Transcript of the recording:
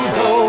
go